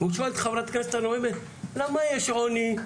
הוא שואל את חברת הכנסת הנואמת: למה יש עוני?